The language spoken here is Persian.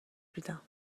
میدم